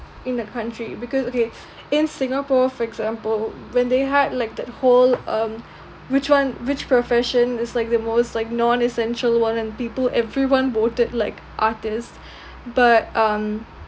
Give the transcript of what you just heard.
in the country because okay in singapore for example when they had like that whole um which one which profession is like the most like non essential one and people everyone voted like artist but um